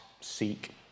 seek